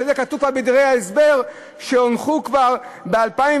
כשזה כתוב כבר בדברי ההסבר שהונחו כבר ב-2013,